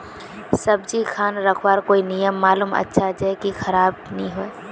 सब्जी खान रखवार कोई नियम मालूम अच्छा ज की खराब नि होय?